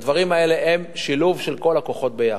הדברים האלה הם שילוב של כל הכוחות ביחד.